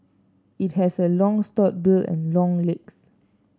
it has a long stout bill and long legs